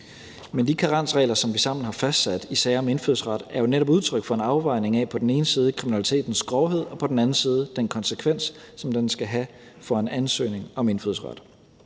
Men de karensregler, som vi sammen har fastsat i sager om indfødsret, er jo netop udtryk for en afvejning af på den ene side kriminalitetens grovhed og på den anden side den konsekvens, som den skal have for en ansøgning om indfødsret.